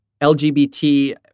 LGBT